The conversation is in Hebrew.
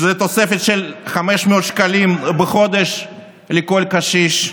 שזה תוספת של 500 שקלים בחודש לכל קשיש?